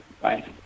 Bye